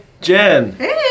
Jen